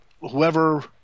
whoever